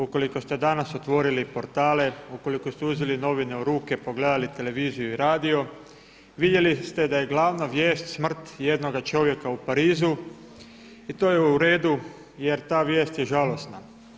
Ukoliko ste danas otvorili portale, ukoliko ste uzeli novine u ruke, pogledali televiziju i radio vidjeli ste da je glavna vijest smrt jednoga čovjeka u Parizu i to je u redu jer ta vijest je žalosna.